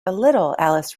alice